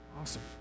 Awesome